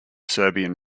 serbian